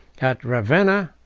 at ravenna,